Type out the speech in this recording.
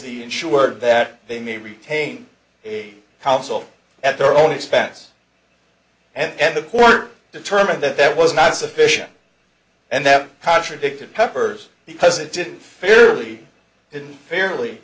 the insured that they may retain a counsel at their own expense and the court determined that that was not sufficient and that contradicted peppers because it did fairly it fairly